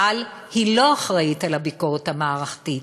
אבל היא לא אחראית לביקורת המערכתית.